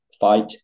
fight